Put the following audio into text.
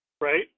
right